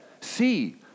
see